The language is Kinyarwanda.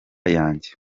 yanjye